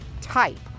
type